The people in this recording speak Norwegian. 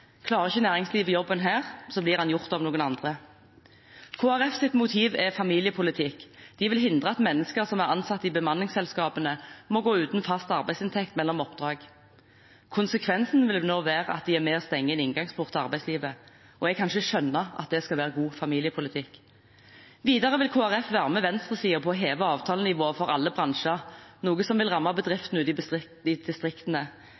Klarer ikke næringslivet å gjøre jobben her, blir den gjort av noen andre. Kristelig Folkepartis motiv er familiepolitikk. De vil hindre at mennesker som er ansatt i bemanningsselskapene, må gå uten fast arbeidsinntekt mellom oppdrag. Konsekvensen vil nå være at de er med og stenger en inngangsport til arbeidslivet. Jeg kan ikke skjønne at det skal være god familiepolitikk. Videre vil Kristelig Folkeparti være med venstresiden på å heve avtalenivået for alle bransjer, noe som vil ramme bedrifter ute i distriktene.